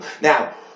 Now